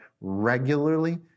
regularly